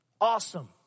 awesome